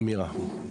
אמירה.